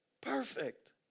Perfect